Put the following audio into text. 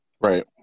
Right